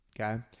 Okay